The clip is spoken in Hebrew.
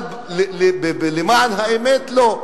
אבל למען האמת, לא.